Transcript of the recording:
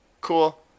Cool